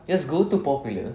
just go to popular